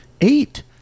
Eight